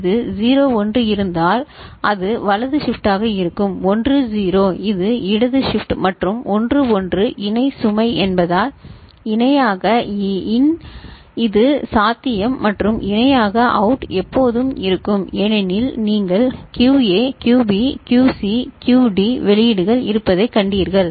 ஒரு 01 இருந்தால் அது வலது ஷிப்டாக இருக்கும் 10 இது இடது ஷிப்ட் மற்றும் 11 இணை சுமை என்பதால் இணையாக இன் இது சாத்தியம் மற்றும் இணையாக அவுட் எப்போதும் இருக்கும் ஏனெனில் நீங்கள் QA QB QC QD வெளியீடுகள் இருப்பதைக் கண்டீர்கள்